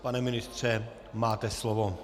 Pane ministře, máte slovo.